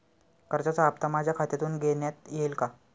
कर्जाचा हप्ता माझ्या खात्यातून घेण्यात येईल का?